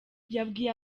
yabwiye